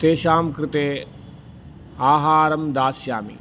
तेषां कृते आहारं दास्यामि